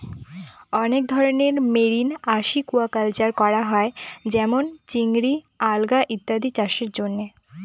অনেক ধরনের marine aquaculture করা হয় যেমন চিংড়ি, আলগা ইত্যাদি চাষের জন্য